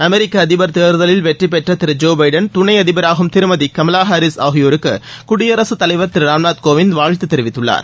அமெரிக்க அதிபர் தேர்தலில் வெற்றி பெற்ற திரு ஜோ பைடன் துணை அதிபராகும் திருமதி கமலா ஹாரிஸ் ஆகியோருக்கு குடியரசுத் தலைவர் திரு ராம்நாத் கோவிந்த் வாழ்த்து தெரிவித்துள்ளார்